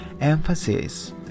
emphasis